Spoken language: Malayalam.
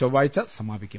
ചൊവ്വാഴ്ച സമാപിക്കും